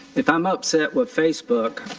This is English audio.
if i'm upset with facebook,